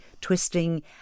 twisting